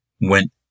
went